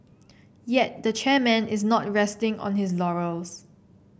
yet the chairman is not resting on his laurels